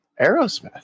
aerosmith